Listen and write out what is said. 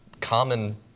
common